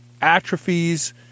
atrophies